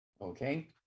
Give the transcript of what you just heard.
Okay